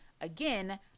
again